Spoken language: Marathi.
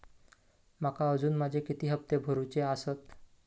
माका अजून माझे किती हप्ते भरूचे आसत?